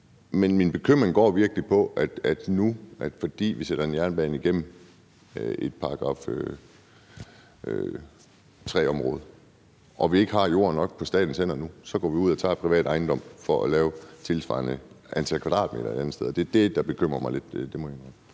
men min bekymring går virkelig på, at fordi vi lægger en jernbane i et § 3-område og vi ikke har jord nok på statens hænder, så går vi ud og tager privat ejendom for at lave tilsvarende antal kvadratmeter et andet sted. Det er det, der bekymrer mig lidt – det må jeg indrømme.